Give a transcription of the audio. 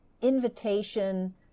invitation